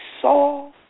saw